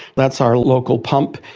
that's our local pump,